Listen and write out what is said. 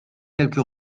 quelque